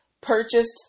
purchased